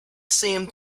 same